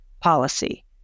policy